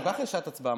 גם ככה יש שעת הצבעה,